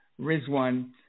Rizwan